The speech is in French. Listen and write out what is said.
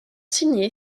signé